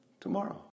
tomorrow